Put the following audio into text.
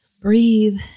breathe